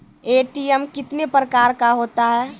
ATM कितने प्रकार का होता हैं?